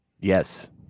Yes